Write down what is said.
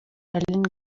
aline